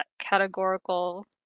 categorical